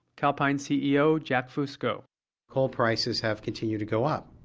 calpine ceo jack fusco coal prices have continued to go up.